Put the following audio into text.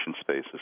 spaces